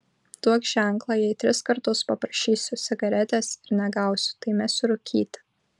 duok ženklą jei tris kartus paprašysiu cigaretės ir negausiu tai mesiu rūkyti